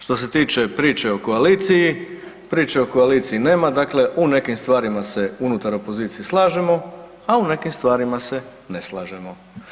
Što se tiče priče o koaliciji, priči o koaliciji nema, dakle u nekim stvarima se unutar opozicije slažemo, a u nekim stvarima se ne slažemo.